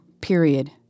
period